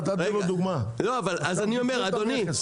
אדוני,